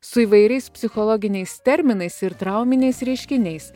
su įvairiais psichologiniais terminais ir trauminiais reiškiniais